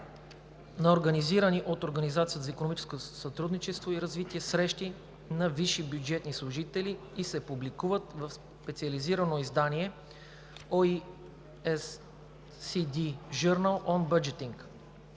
на организирани от Организацията за икономическо сътрудничество и развитие срещи на висши бюджетни служители и се публикуват в специализирано издание OECD Journal on Budgeting.